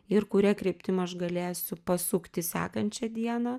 ir kuria kryptim aš galėsiu pasukti sekančią dieną